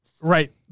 right